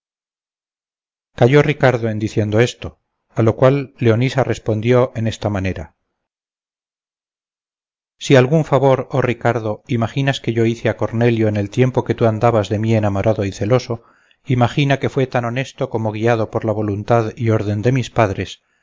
ricardo en diciendo esto a lo cual leonisa respondió en esta manera si algún favor oh ricardo imaginas que yo hice a cornelio en el tiempo que tú andabas de mí enamorado y celoso imagina que fue tan honesto como guiado por la voluntad y orden de mis padres